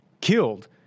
killed